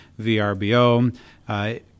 VRBO